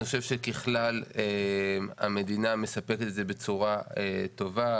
אני חושב שככלל המדינה מספקת את זה בצורה טובה.